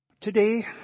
Today